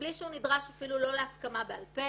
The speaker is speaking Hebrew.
מבלי שהוא נדרש אפילו לא להסכמה בעל-פה,